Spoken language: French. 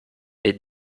est